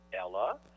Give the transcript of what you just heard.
Ella